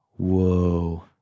whoa